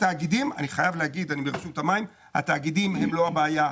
אני חייב להגיד שהתאגידים הם לא הבעיה,